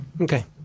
okay